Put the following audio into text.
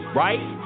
right